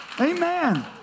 Amen